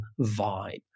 vibe